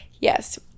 yes